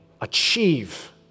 achieve